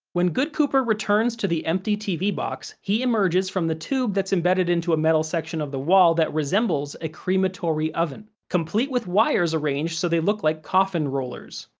when good cooper returns to the empty tv box, he emerges from the tube that's embedded into a metal section of the wall that resembles a crematory oven, complete with wires arranged so they look like coffin rollers.